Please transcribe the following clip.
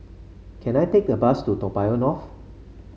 can I take a bus to Toa Payoh North